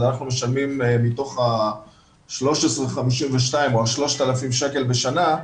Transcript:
אז אנחנו משלמים מתוך ה-13.52 או ה-3,000 שקל בשנה,